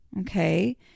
Okay